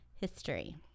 history